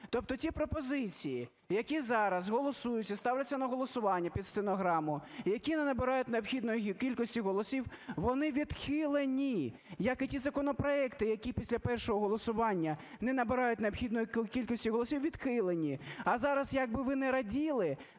Тобто ті пропозиції, які зараз голосуються, ставляться на голосування під стенограму і які не набирають необхідної кількості голосів, вони відхилені, як і ті законопроекти, які після першого голосування не набирають необхідної кількості голосів, відхилені. А зараз, як би ви не раділи,